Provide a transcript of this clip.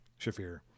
Shafir